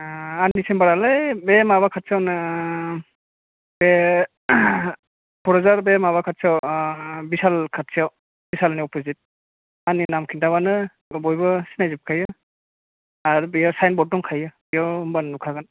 आंनि सेम्बार आलाय बे माबा खाथियावनो बे क'क्राझार बे माबा खाथियाव बिसाल खाथियाव बिसाल नि अप'जित आंनि नाम खिन्थाबानो बयबो सिनायजोबखायो आरो बेयाव साइनबर्ड दंखायो बेयाव होनबानो नुखागोन